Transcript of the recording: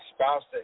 spouse